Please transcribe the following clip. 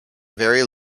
very